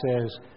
says